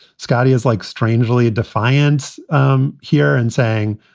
scottie is like strangely defiant um here and saying,